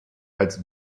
als